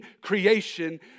creation